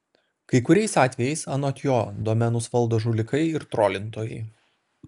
kai kuriais atvejais anot jo domenus valdo žulikai ir trolintojai